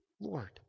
Lord